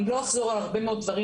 אני לא אחזור על הרבה מאוד דברים